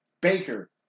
Baker